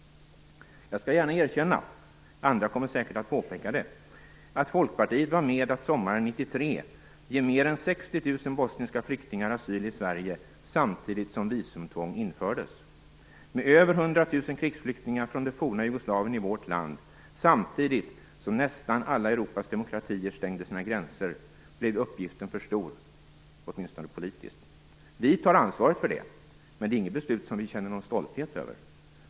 Jag skall gärna erkänna, andra kommer säkert att påpeka det, att Folkpartiet var med på att sommaren 1993 ge mer än 60 000 bosniska flyktingar asyl i Sverige, samtidigt som visumtvång infördes. Med över 100 000 krigsflyktingar från det forna Jugoslavien i vårt land, samtidigt som nästan alla Europas demokratier stängde sina gränser, blev uppgiften för stor, åtminstone politiskt. Vi tar ansvaret för det, men det är inget beslut som vi känner stolthet över.